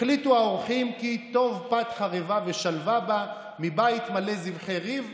החליטו האורחים כי "טוב פת חרבה ושלוה בה מבית מלא זבחי ריב",